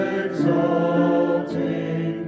exalting